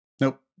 Nope